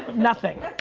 nothing,